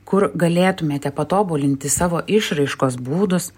kur galėtumėte patobulinti savo išraiškos būdus